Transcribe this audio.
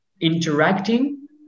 interacting